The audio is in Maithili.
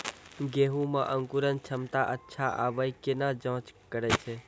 गेहूँ मे अंकुरन क्षमता अच्छा आबे केना जाँच करैय छै?